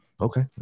Okay